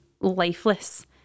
lifeless